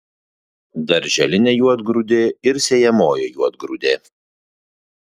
darželinė juodgrūdė ir sėjamoji juodgrūdė